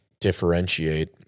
differentiate